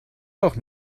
doch